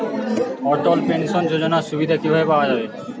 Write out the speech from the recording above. অটল pension যোজনার সুবিধা কি ভাবে পাওয়া যাবে?